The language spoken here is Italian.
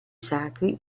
sacri